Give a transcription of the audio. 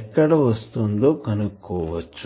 ఎక్కడ వస్తుందో కనుక్కోవచ్చు